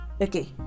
Okay